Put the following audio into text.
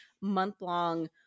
month-long